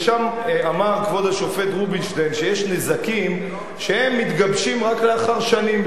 ושם אמר כבוד השופט רובינשטיין שיש נזקים שמתגבשים רק לאחר שנים,